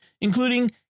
including